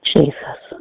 Jesus